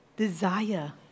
Desire